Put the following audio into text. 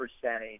percentage